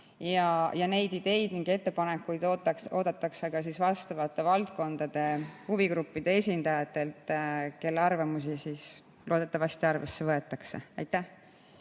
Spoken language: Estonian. neid ideid ja ettepanekuid oodatakse ka vastavate valdkondade huvigruppide esindajatelt, kelle arvamusi loodetavasti arvesse võetakse. Heiki